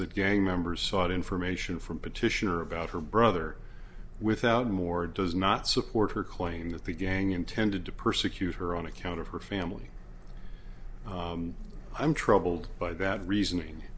that gang members sought information from petitioner about her brother without more does not support her claim that the gang intended to persecute her on account of her family i'm troubled by that reasoning